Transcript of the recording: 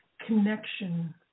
connection